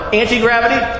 anti-gravity